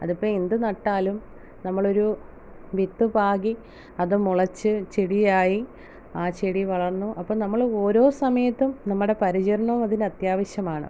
അതിപ്പം എന്ത് നട്ടാലും നമ്മളൊരു വിത്ത് പാകി അത് മുളച്ച് ചെടിയായി ആ ചെടി വളർന്നു അപ്പോൾ നമ്മൾ ഓരോ സമയത്തും നമ്മുടെ പരിചരണോം അതിന് അത്യാവശ്യമാണ്